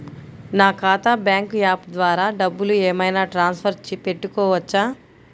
నా ఖాతా bank app ద్వారా డబ్బులు ఏమైనా ట్రాన్స్ఫర్ పెట్టుకోవచ్చా?